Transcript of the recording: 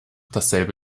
dasselbe